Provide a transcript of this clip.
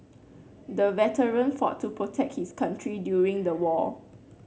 the veteran fought to protect his country during the war